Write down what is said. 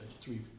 three